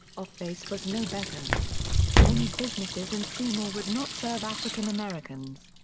off-base was no better many businesses in seymour would not serve african americans.